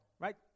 right